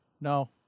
no